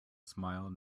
smile